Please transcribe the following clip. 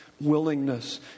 willingness